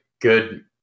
good